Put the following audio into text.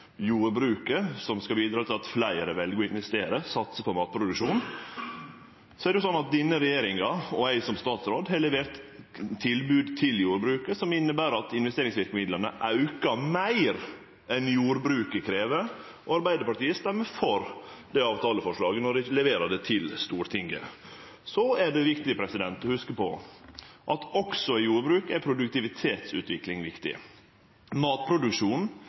jordbruket som skal bidra til at fleire vel å investere, satse på matproduksjon, er det slik at denne regjeringa og eg som statsråd har levert tilbod til jordbruket som inneber at investeringsverkemidla aukar meir enn jordbruket krev – og Arbeidarpartiet stemmer for det avtaleforslaget når ein leverer det til Stortinget. Så er det viktig å hugse på at også i jordbruk er produktivitetsutvikling viktig.